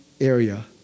area